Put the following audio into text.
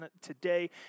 today